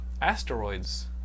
Asteroids